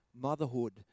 motherhood